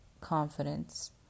Confidence